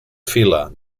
fila